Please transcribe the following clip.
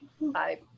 bye